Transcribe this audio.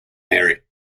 mary